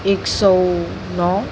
एक सौ नौ